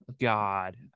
god